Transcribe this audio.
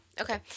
okay